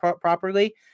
properly